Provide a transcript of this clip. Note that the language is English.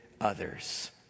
others